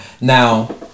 now